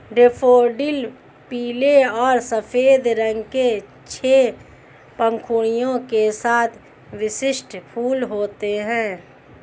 daffodil पीले और सफ़ेद रंग के छह पंखुड़ियों के साथ विशिष्ट फूल होते हैं